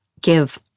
give